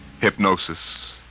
hypnosis